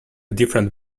different